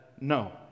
no